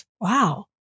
wow